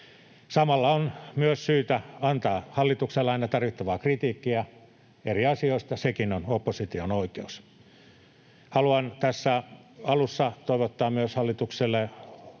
Samalla on myös syytä antaa hallitukselle aina tarvittavaa kritiikkiä eri asioista, sekin on opposition oikeus. Haluan tässä alussa myös toivottaa hallitukselle